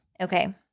Okay